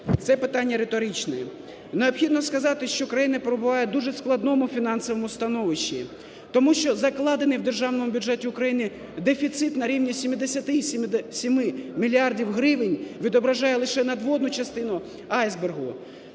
Це питання риторичне. Необхідно сказати, що країна перебуває в дуже складному фінансовому становищі, тому що закладений в Державному бюджеті України дефіцит на рівні 77 мільярдів гривень, відображає лише надводну частину айсбергу,